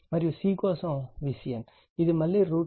మరియు c కోసం VCN ఇది మళ్ళీ √2 Vp cost 120o అవుతుంది